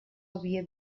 havia